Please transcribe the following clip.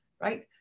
right